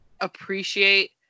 appreciate